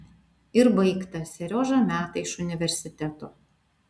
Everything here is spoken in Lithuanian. ir baigta seriožą meta iš universiteto